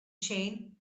chain